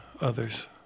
others